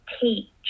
teach